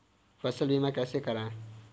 फसल बीमा कैसे कराएँ?